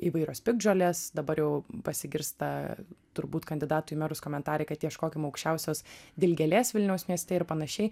įvairios piktžolės dabar jau pasigirsta turbūt kandidatų į merus komentarai kad ieškokim aukščiausios dilgėlės vilniaus mieste ir panašiai